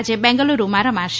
આજે બેંગ્લુરૂમાં રમાશે